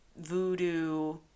voodoo